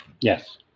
Yes